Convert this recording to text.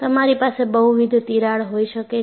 તમારી પાસે બહુવિધ તિરાડ હોઈ શકે છે